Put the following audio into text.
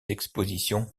expositions